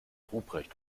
ruprecht